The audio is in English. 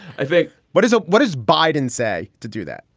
i think what is it? what does biden say to do that?